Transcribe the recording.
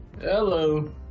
hello